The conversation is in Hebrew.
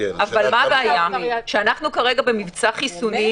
אבל הבעיה היא שאנחנו כרגע במבצע חיסונים